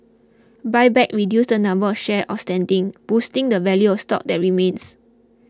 buybacks reduce the number of shares outstanding boosting the value of stock that remains